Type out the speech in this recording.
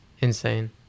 insane